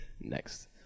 Next